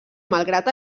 malgrat